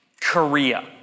Korea